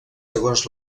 segons